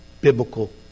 biblical